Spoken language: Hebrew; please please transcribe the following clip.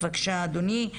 בבקשה אדוני.